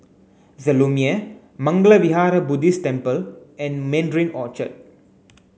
the Lumiere Mangala Vihara Buddhist Temple and Mandarin Orchard